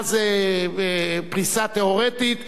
מה זה פריסה תיאורטית?